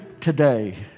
today